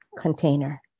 container